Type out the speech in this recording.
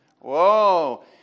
Whoa